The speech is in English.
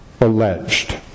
alleged